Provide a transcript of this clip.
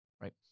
Right